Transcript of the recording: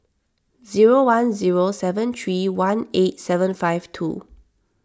zero one zero seven three one eight seven five two